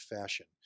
fashion